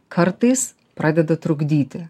kartais pradeda trukdyti